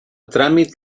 tràmit